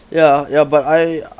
ya ya but I